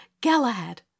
Galahad